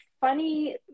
funny